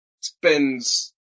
spends